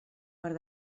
per